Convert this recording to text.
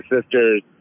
sister's